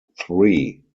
three